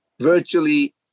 virtually